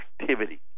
activity